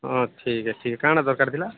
ହଁ ଠିକ୍ ଅ ଠିକ୍ ଅ କାଣା ଦରକାର ଥିଲା